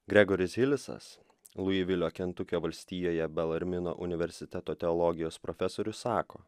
gregoris hilisas lui vilio kentukio valstijoje belarmino universiteto teologijos profesorius sako